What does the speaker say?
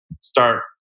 start